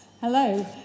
hello